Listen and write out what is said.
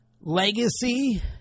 legacy